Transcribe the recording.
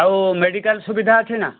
ଆଉ ମେଡ଼ିକାଲ୍ ସୁବିଧା ଅଛି ନା